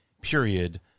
period